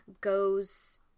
goes